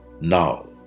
Now